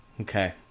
okay